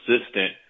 assistant